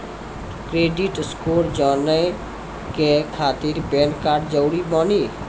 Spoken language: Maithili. क्रेडिट स्कोर जाने के खातिर पैन कार्ड जरूरी बानी?